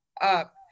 up